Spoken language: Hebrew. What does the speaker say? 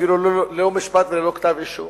אפילו ללא משפט וללא כתב אישום,